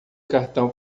cartão